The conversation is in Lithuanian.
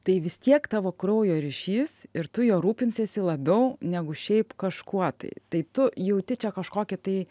tai vis tiek tavo kraujo ryšys ir tu juo rūpinsiesi labiau negu šiaip kažkuo tai tai tu jauti čia kažkokį tai